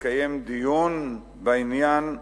לקיים דיון בעניין.